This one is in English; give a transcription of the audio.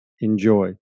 Enjoy